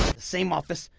same office,